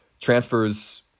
transfers